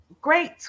great